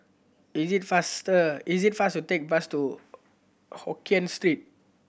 is it faster is it fast to take bus to Hokkien Street